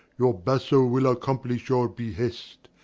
your basso will accomplish your behest,